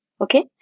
Okay